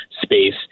space